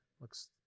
looks